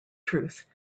truth